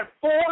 four